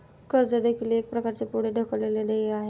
कर्ज देखील एक प्रकारचे पुढे ढकललेले देय आहे